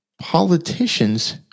politicians